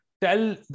tell